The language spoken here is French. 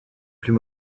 plus